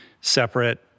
separate